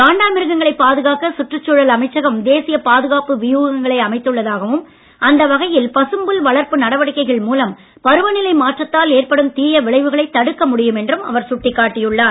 காண்டாமிருகங்களைப் பாதுகாக்க சுற்றுச்சூழல் அமைச்சகம் தேசிய பாதுகாப்பு வியூகங்களை அமைத்துள்ளதாகவும் அந்த வகையில் பசும்புல் வளர்ப்பு நடவடிக்கைகள் மூலம் பருவநிலை மாற்றத்தால் ஏற்படும் தீய விளைவுகளைத் தடுக்க முடியும் என்றும் அவர் சுட்டிக் காட்டியுள்ளார்